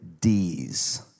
D's